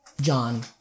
John